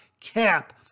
cap